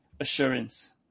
assurance